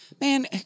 man